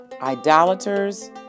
idolaters